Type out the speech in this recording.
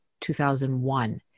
2001